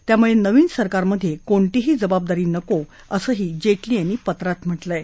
त्यामुळे नवीन सरकारमधे कोणतीही जबाबदारी नको असं जेटली यांनी पत्रात म्हटलंय